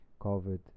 covid